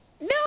no